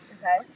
Okay